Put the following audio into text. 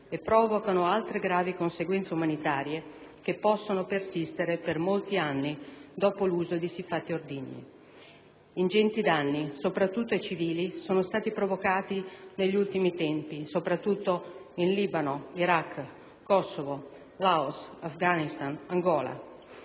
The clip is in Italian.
e provocano altre gravi conseguenze umanitarie che possono persistere per molti anni dopo l'uso di siffatti ordigni. Ingenti danni, soprattutto ai civili, sono stati provocati negli ultimi tempi in particolare in Libano, Iraq, Kosovo, Laos, Afghanistan, Angola.